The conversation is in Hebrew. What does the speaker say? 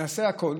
נעשה הכול,